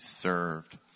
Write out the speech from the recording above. served